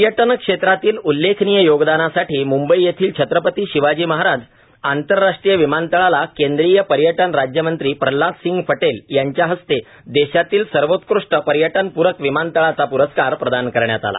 पर्यटन क्षेत्रातील उल्लेखनीय योगदानासाठी मुंबई येथील छत्रपती शिवाजी महाराज आंतरराष्ट्रीय विमानतळाला केंद्रीय पर्यटन राज्यमंत्री प्रल्हादसिंह पटेल यांच्या हस्ते देशातील सर्वोत्कृष्ट पर्यटकपूरक विमानतळाचा प्रस्कार प्रदान करण्यात आला